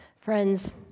Friends